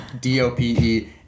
D-O-P-E